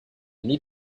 need